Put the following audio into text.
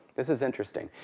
this is interesting.